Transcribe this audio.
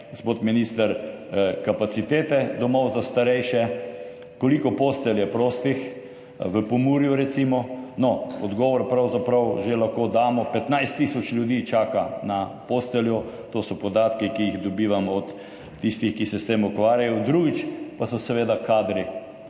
gospod minister, so kapacitete domov za starejše: Koliko postelj je prostih v Pomurju? No, odgovor pravzaprav že lahko damo, 15 tisoč ljudi čaka na posteljo. To so podatki, ki jih dobivamo od tistih, ki se s tem ukvarjajo. Drugič, pa so seveda kadri,